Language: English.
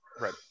Right